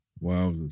Wow